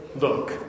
look